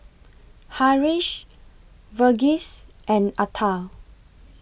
Haresh Verghese and Atal